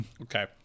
Okay